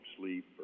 sleep